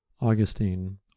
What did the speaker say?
Augustine